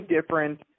different